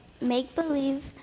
make-believe